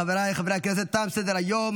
חבריי חברי הכנסת, תם סדר-היום.